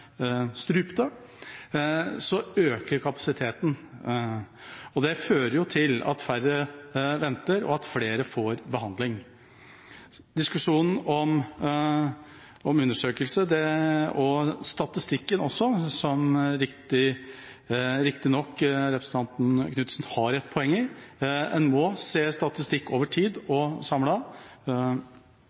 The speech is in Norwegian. strupte, at kapasiteten øker. Det fører til at færre venter, og flere får behandling. Diskusjonen om undersøkelse, og statistikken også, som riktignok representanten Tove Karoline Knutsen har et poeng i – en må se statistikk over tid og